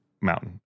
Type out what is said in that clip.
Mountain